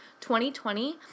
2020